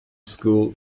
school